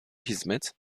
hizmet